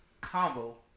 Combo